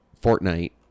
Fortnite